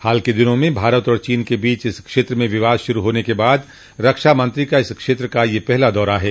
हाल के दिनों में भारत और चीन के बीच इस क्षेत्र में विवाद शुरू होने के बाद रक्षा मंत्री का इस क्षेत्र का यह पहला दौरा है